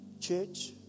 Church